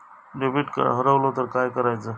Debit card हरवल तर काय करायच?